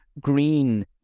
green